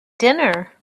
dinner